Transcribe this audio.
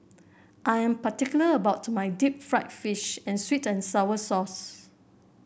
I am particular about my Deep Fried Fish with sweet and sour sauce